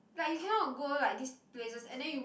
like you cannot to go like this places and then you